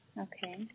Okay